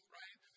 right